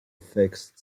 fixed